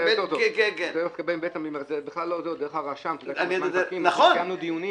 --- דרך הרשם, קיימנו דיונים